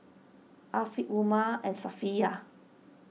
Afiq Umar and Safiya